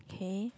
okay